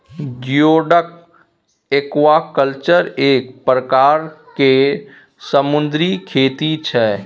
geoduck aquaculture एक परकार केर समुन्दरी खेती छै